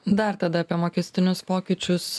dar tada apie mokestinius pokyčius